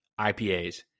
ipas